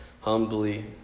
humbly